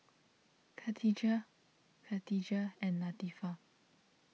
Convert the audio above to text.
Khatijah Katijah and Latifa